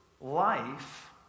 life